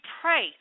pray